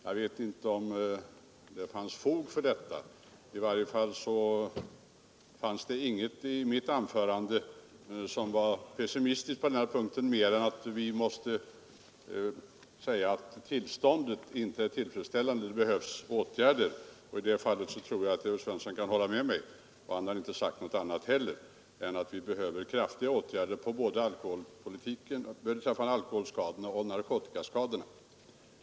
Jag vet inte om det finns fog för dessa påståenden. I varje fall fanns det ingenting i mitt anförande som var pessimistiskt på den här punkten utom det att jag konstaterade att tillståndet inte är tillfredsställande och att det behövs snabba och kraftiga åtgärder. I det fallet tror jag att herr Svensson kan hålla med mig. Han har heller inte sagt något annat än att det behövs kraftiga åtgärder beträffande både alkoholskadorna och narkotikaskadorna.